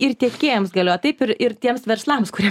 ir tiekėjams galioja taip ir ir tiems verslams kurie